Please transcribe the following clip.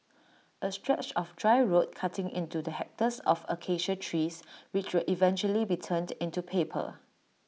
A stretch of dry road cutting in the hectares of Acacia trees which will eventually be turned into paper